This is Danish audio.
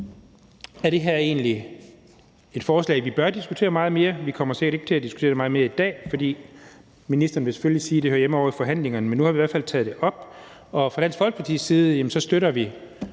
er det her egentlig et forslag, vi bør diskutere meget mere. Vi kommer sikkert ikke til at diskutere det meget mere i dag, for ministeren vil selvfølgelig sige, at det hører hjemme ovre i forhandlingerne, men nu har vi i hvert fald taget det op, og fra Dansk Folkepartis side støtter vi